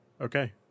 Okay